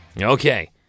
Okay